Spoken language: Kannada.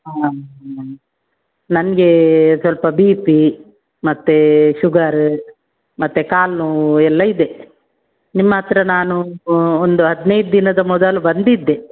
ಹಾಂ ಹ್ಞೂ ನನಗೆ ಸ್ವಲ್ಪ ಬಿ ಪಿ ಮತ್ತು ಶುಗರ ಮತ್ತು ಕಾಲು ನೋವು ಎಲ್ಲ ಇದೆ ನಿಮ್ಮ ಹತ್ರ ನಾನು ಒಂದು ಹದಿನೈದು ದಿನದ ಮೊದಲು ಬಂದಿದ್ದೆ